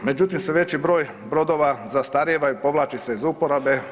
Međutim, sve veći broj brodova zastarijeva i povlači se iz uporabe.